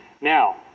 Now